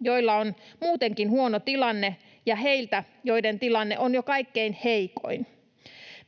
joilla on muutenkin huono tilanne, ja heiltä, joiden tilanne on jo kaikkein heikoin.